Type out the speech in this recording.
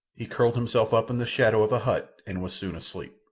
he curled himself up in the shadow of a hut and was soon asleep.